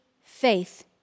faith